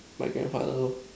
my grandfather lor